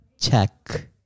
Check